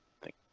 Thank